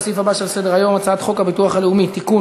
לסעיף הבא שעל סדר-היום: הצעת חוק הביטוח הלאומי (תיקון,